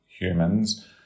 humans